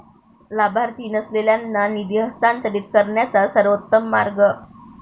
लाभार्थी नसलेल्यांना निधी हस्तांतरित करण्याचा सर्वोत्तम मार्ग